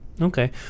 Okay